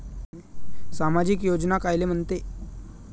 सामाजिक योजना कायले म्हंते?